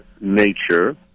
nature